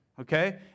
Okay